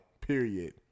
Period